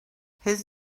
his